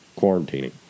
quarantining